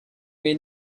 may